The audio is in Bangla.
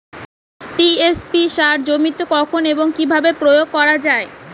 টি.এস.পি সার জমিতে কখন এবং কিভাবে প্রয়োগ করা য়ায়?